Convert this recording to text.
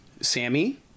Sammy